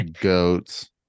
Goats